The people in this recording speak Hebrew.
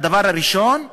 הדבר הראשון,